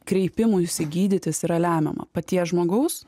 kreipimuisi gydytis yra lemiama paties žmogaus